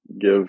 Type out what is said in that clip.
give